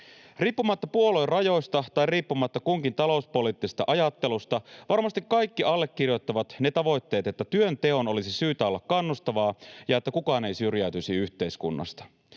Riippumatta puoluerajoista tai riippumatta kunkin talouspoliittisesta ajattelusta varmasti kaikki allekirjoittavat ne tavoitteet, että työnteon olisi syytä olla kannustavaa ja että kukaan ei syrjäytyisi yhteiskunnasta.